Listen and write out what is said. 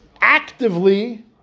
actively